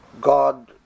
God